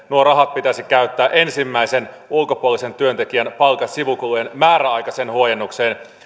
nuo rahat pitäisi käyttää ensimmäisen ulkopuolisen työntekijän palkan sivukulujen määräaikaiseen huojennukseen